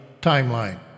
timeline